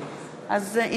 37. אם כך,